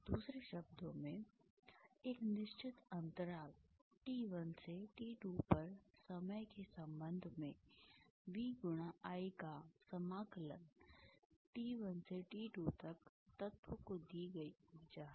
दूसरे शब्दों में एक निश्चित अंतराल t1 से t2 पर समय के संबंध में V × I का समाकलन t1 से t2 तक तत्व को दी गई ऊर्जा है